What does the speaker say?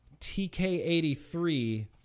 TK83